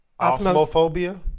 Osmophobia